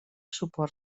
suport